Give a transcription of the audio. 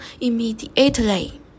immediately